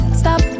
stop